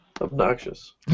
obnoxious